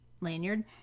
lanyard